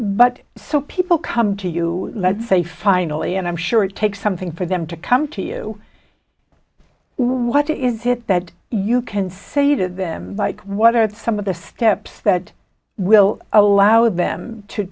but so people come to you let's say finally and i'm sure it takes something for them to come to you what is it that you can say to them what are some of the steps that will allow them to